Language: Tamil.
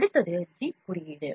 அடுத்தது ஜி குறியீடு